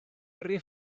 rif